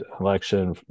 election